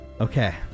Okay